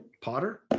Potter